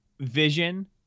vision